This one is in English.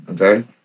Okay